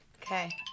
Okay